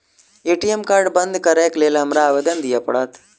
ATM card बंद करैक लेल हमरा आवेदन दिय पड़त?